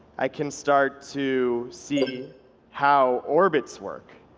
i can start to see how orbits work.